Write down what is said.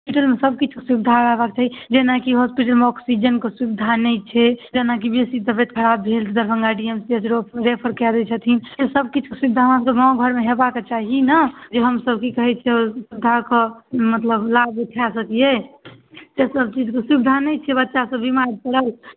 हॉस्पिटलमे सभ किछुके सुविधा रहबाक चाही जेनाकि हॉस्पिटलमे आक्सिजनके सुविधा नहि छै जेनाकि बेसी तबियत खराब भेल तऽ Darbhanga D M C H रो रेफर कए दै छथिन ई सभकिछुके सुविधा हमरसभके गाममे हेबाक चाही ने जे कि हमसभ की कहै छै धऽ कऽ मतलब लाभ उठाए सकियै से सभचीजके सुविधा नहि छै बच्चासभ बीमार पड़ल